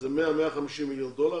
איזה 100, 150 מיליון דולר,